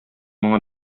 моңа